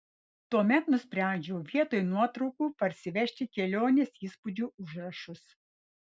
tuomet nusprendžiau vietoj nuotraukų parsivežti kelionės įspūdžių užrašus